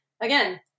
again